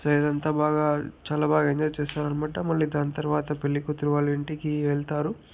so ఇదంతా బాగా చాలా బాగా ఎంజాయ్ చేస్తారనమాట మళ్ళీ దాని తర్వాత పెళ్ళికూతురు వాళ్ళ ఇంటికి వెళ్తారు